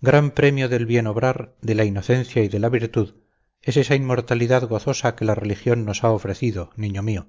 gran premio del bien obrar de la inocencia y de la virtud es esa inmortalidad gozosa que la religión nos ha ofrecido niño mío